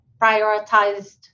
prioritized